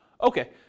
okay